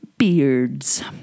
beards